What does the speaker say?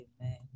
Amen